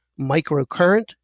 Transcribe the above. microcurrent